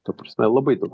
ta prasme labai įdomu